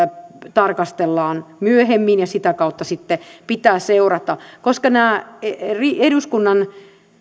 tarkastellaan myöhemmin ja sitä kautta sitten pitää seurata nämä eduskunnan